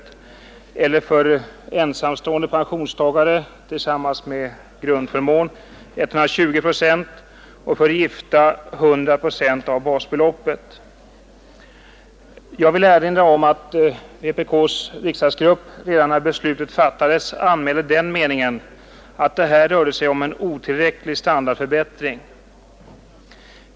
Om utgående ATP täcker skillnaden mellan 120 procent och 90 procent av basbeloppet för ensamstående pensionär samt 100 procent och 70 procent för gifta skall pensionstillskott inte utgå. Jag vill erinra om att vänsterpartiet kommunisternas riksdagsgrupp redan när beslutet fattades anmälde den meningen att det här rörde sig om en otillräcklig standardförbättring.